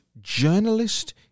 journalist